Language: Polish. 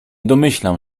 domyślam